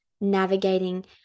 navigating